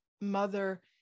mother